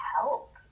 help